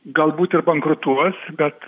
galbūt ir bankrutuos bet